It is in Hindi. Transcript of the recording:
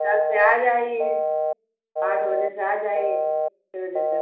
कल से आ जाइए आठ बजे से आ जाइए छः बजे तक